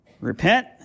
Repent